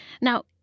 Now